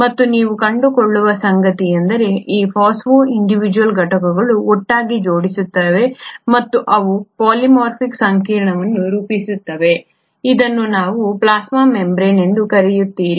ಮತ್ತು ನೀವು ಕಂಡುಕೊಳ್ಳುವ ಸಂಗತಿಯೆಂದರೆ ಈ ಫಾಸ್ಫೋ ಇಂಡಿವಿಜ್ವಲ್ ಘಟಕಗಳು ಒಟ್ಟಾಗಿ ಜೋಡಿಸುತ್ತವೆ ಮತ್ತು ಅವು ಪಾಲಿಮರಿಕ್ ಸಂಕೀರ್ಣವನ್ನು ರೂಪಿಸುತ್ತವೆ ಇದನ್ನು ನೀವು ಪ್ಲಾಸ್ಮಾ ಮೆಂಬರೇನ್ ಎಂದು ಕರೆಯುತ್ತೀರಿ